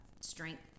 strength